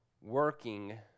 working